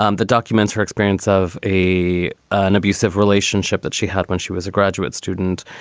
um the documents, her experience of a an abusive relationship that she had when she was a graduate student